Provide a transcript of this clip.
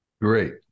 Great